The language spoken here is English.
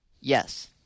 Yes